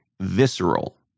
visceral